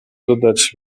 dodać